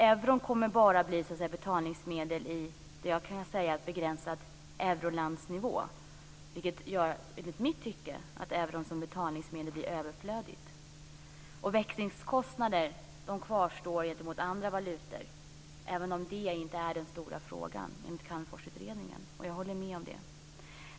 Euron kommer bara att bli betalningsmedel på begränsad eurolandsnivå, vilket enligt mitt tycke gör att euron som betalningsmedel blir överflödig. Växlingskostnader kvarstår gentemot andra valutor, även om det inte är den stora frågan enligt Calmforsutredningen. Och det håller jag med om.